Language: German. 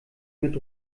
mit